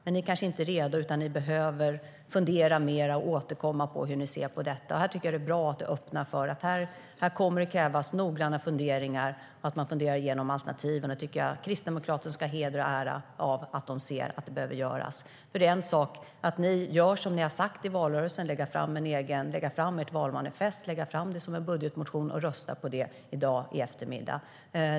Men ni är kanske inte redo utan behöver fundera mer och återkomma om hur ni ser på det. Jag tycker att det är bra att du öppnar för att det kommer att krävas noggranna funderingar och att man funderar igenom alternativen. Jag tycker att Kristdemokraterna ska ha heder och ära av att de ser att det behöver göras. Det är en sak att ni gör som ni har sagt i valrörelsen, nämligen lägger fram ert valmanifest som en budgetmotion och röstar på den i eftermiddag.